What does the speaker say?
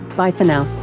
bye for now